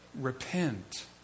Repent